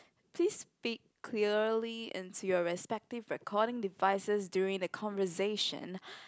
please speak clearly into your respective recording devices during the conversation